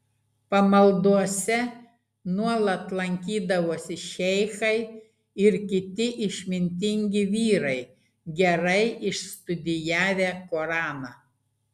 pamaldose nuolat lankydavosi šeichai ir kiti išmintingi vyrai gerai išstudijavę koraną